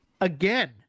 again